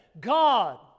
God